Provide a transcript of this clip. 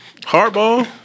Hardball